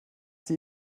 sie